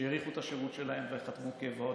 שהאריכו את השירות שלהם וחתמו קבע עוד